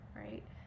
right